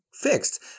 fixed